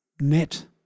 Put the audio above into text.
net